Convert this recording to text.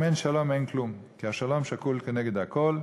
אם אין שלום אין כלום, כי השלום שקול כנגד הכול.